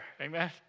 amen